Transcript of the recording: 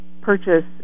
Purchase